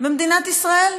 במדינת ישראל?